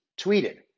tweeted